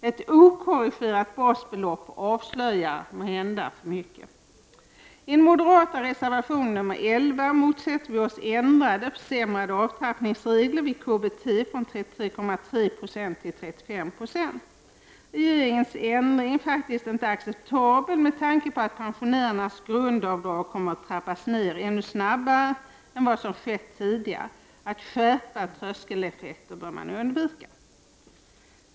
Ett okorrigerat basbelopp avslöjar måhända för mycket. I den moderata reservationen 11 motsätter vi oss ändrade — försämrade — avtrappningsregler vid KBT från 33,3 9 till 35 90. Regeringens ändring är faktiskt inte acceptabel med tanke på att pensionärernas grundavdrag kommer att trappas ner ännu snabbare än vad som skett tidigare. Man bör undvika att skärpa tröskeleffekter.